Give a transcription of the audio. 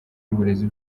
y’uburezi